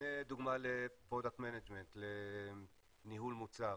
הנה דוגמה ל-product management, לניהול מוצר.